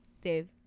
Dave